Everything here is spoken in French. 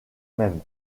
même